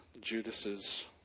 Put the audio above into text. Judas's